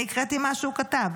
אני הקראתי מה שהוא כתב.